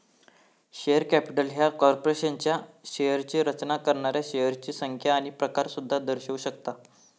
share capital ह्या कॉर्पोरेशनच्या शेअर्सची रचना करणाऱ्या शेअर्सची संख्या आणि प्रकार सुद्धा दर्शवू शकता